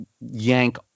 yank